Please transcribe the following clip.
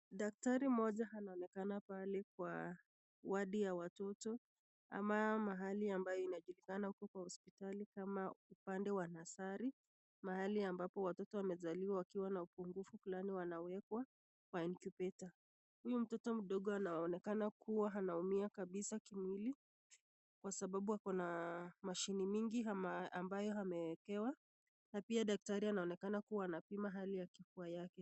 Daktari mmoja anaonekana pale kwa wadi ya watoto ama mahali ambayo inajulikana huko kwa hospitali kama upande wa nasari .Mahali ambapo watoto wamezaliwa wakiwa na upungufu fulani wanawekwa kwa incubator .Huyu mtoto mdogo anaonekana kuwa anaumia kabisa kimwili kwa sababu ako na mashini mingi ambayo amewekewa, na pia daktari anaonekana kuwa anapima hali ya kifua yake.